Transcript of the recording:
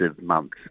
months